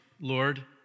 Lord